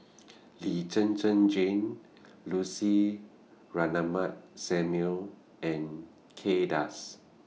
Lee Zhen Zhen Jane Lucy Ratnammah Samuel and Kay Das